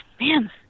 man